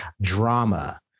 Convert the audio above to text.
drama